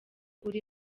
uri